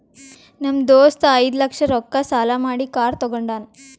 ನಮ್ ದೋಸ್ತ ಐಯ್ದ ಲಕ್ಷ ರೊಕ್ಕಾ ಸಾಲಾ ಮಾಡಿ ಕಾರ್ ತಗೊಂಡಾನ್